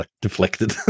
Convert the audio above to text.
deflected